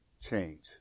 change